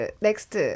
Next